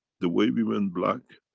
the way we went black,